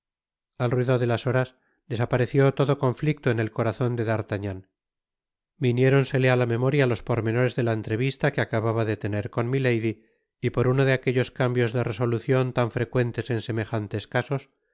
al raido de las horas desapareció todo conflicto en el corazon de d'artagnan viniéronsele á la memoria los pormenores de la entrevista que acababa de tener con milady y por uno de aquellos cambios de resolucion tan frecuentes en semejantes casos